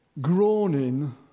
groaning